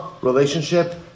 relationship